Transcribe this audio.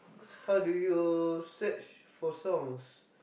how do you search for songs